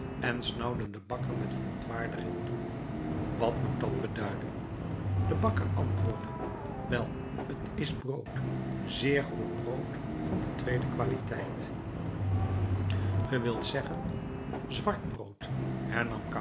en snauwde den bakker met verontwaardiging toe wat moet dat beduiden de bakker antwoordde wel t is brood zeer goed brood van de tweede kwaliteit ge wilt zeggen zwart brood